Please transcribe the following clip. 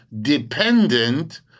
dependent